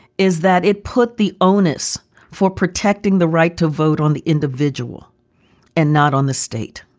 is that it put the onus for protecting the right to vote on the individual and not on the state